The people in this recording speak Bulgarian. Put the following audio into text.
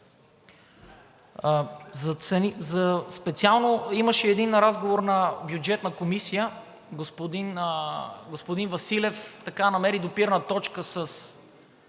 Специално имаше един разговор в Бюджетна комисия и господин Василев намери допирна точка с